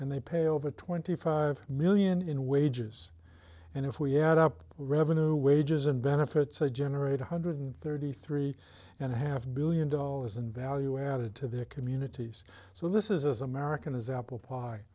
and they pay over twenty five million in wages and if we add up revenue wages and benefits they generate one hundred thirty three and a half billion dollars in value added to their communities so this is as american as apple pie